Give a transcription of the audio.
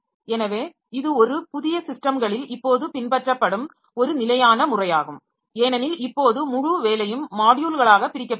எனவே இது ஒரு புதிய ஸிஸ்டம்களில் இப்போது பின்பற்றப்படும் ஒரு நிலையான முறையாகும் ஏனெனில் இப்போது முழு வேலையும் மாட்யுல்களாக பிரிக்கப்பட்டுள்ளது